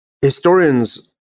Historians